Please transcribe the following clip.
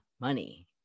money